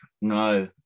no